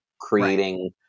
creating